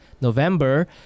November